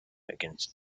against